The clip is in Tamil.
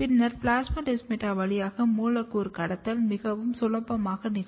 பின்னர் பிளாஸ்மோடெஸ்மாட்டா வழியாக மூலக்கூறு கடத்தல் மிகவும் சுலபமாக நிகழும்